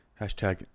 Hashtag